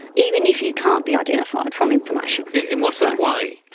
even if you can't be identified from information in what sort of way?